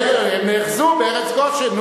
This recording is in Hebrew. הם נאחזו בארץ גושן.